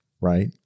Right